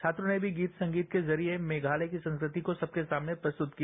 छात्रों ने भी गीत संगीत के जरिए मेघालय की संस्कृति को सबके सामने प्रस्तत किया